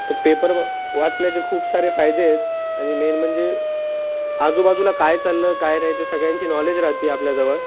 तर पेपर वा वाचण्याचे खूप सारे फायदे आहेत आणि मेन म्हणजे आजूबाजूला काय चाललं काय नाही ते सगळ्यांची नॉलेज राहते आपल्याजवळ